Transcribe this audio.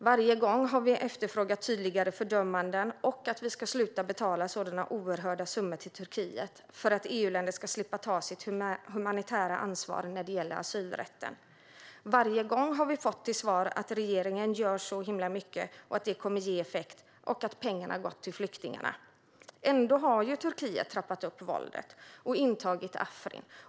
Varje gång har vi efterfrågat tydligare fördömanden och att EU-länderna ska sluta betala sådana oerhört stora summor till Turkiet för att de ska slippa ta sitt humanitära ansvar när det gäller asylrätten. Varje gång har vi fått till svar att regeringen gör så mycket, att det kommer att ge effekt och att pengarna har gått till flyktingarna. Ändå har Turkiet trappat upp våldet och intagit Afrin.